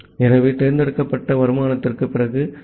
ஆகவே தேர்ந்தெடுக்கப்பட்ட வருமானத்திற்குப் பிறகு எஃப்